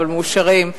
אבל מאושרים,